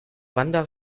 bandar